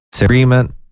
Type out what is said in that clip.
agreement